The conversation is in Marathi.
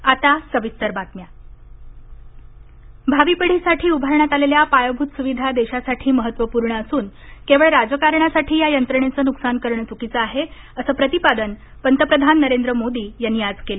मोदी माल वाहतक भावी पिढीसाठी उभारण्यात आलेल्या पायाभूत सुविधा देशासाठी महत्त्वपूर्ण असून केवळ राजकारणासाठी या यंत्रणेचं नुकसान करणं चुकीचं आहे असं प्रतिपादन पंतप्रधान नरेंद्र मोदी यांनी आज केलं